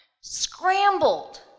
Scrambled